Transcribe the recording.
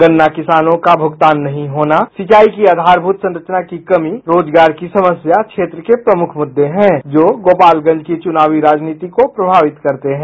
गन्ना किसानों का भुगतान नहीं होना सिंचाई की आधारभूत संरचना की कमी रोजगार की समस्या क्षेत्र के प्रमुख मुद्दे हैं जो गोपालगंज की चुनावी राजनीति को प्रभावित करते हैं